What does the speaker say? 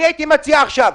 הייתי מציע עכשיו: